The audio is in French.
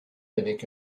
avec